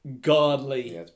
godly